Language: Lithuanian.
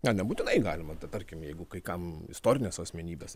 na nebūtinai galima tai tarkim jeigu kai kam istorinės asmenybės